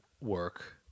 Work